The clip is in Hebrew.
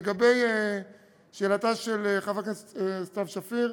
לגבי שאלתה של חברת הכנסת סתיו שפיר,